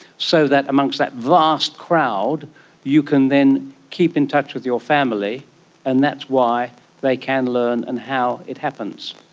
so that amongst that vast crowd you can then keep in touch with your family and that's why they can learn and how it happens.